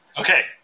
Okay